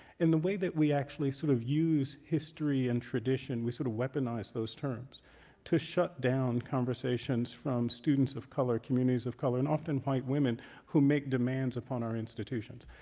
in the way that we actually sort of use history and tradition, we sort of weaponized those terms to shut down conversations from students of color, communities of color, and often white women who make demands upon our institutions.